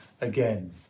again